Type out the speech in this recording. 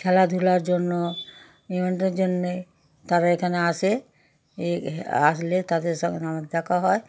খেলাধুলার জন্য ইভেন্টের জন্যে তারা এখানে আসে এ আসলে তাদের সঙ্গে আমাদের দেখা হয়